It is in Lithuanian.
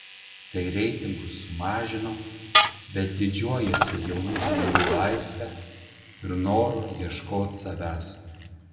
tai reitingus sumažino bet didžiuojuosi jaunų žmonių laisve ir noru ieškot savęs